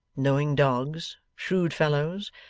knowing dogs, shrewd fellows,